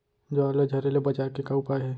ज्वार ला झरे ले बचाए के का उपाय हे?